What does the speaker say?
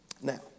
Now